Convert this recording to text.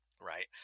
Right